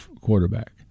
quarterback